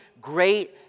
great